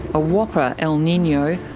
a whopper el nino,